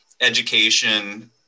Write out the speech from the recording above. education